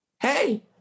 Hey